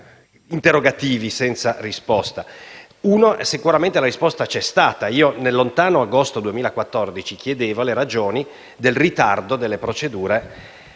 interrogativi restano senza risposta, ma su uno sicuramente la risposta c'è stata. Nel lontano agosto del 2014 chiedevo le ragioni del ritardo delle procedure